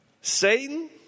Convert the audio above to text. Satan